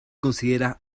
considera